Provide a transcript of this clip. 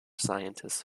scientist